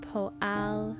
Poal